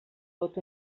vot